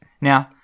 Now